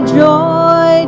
joy